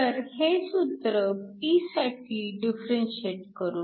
तर हे सूत्र P साठी डिफरंशिएट करू